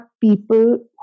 people